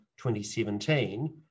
2017